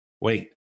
wait